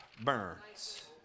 burns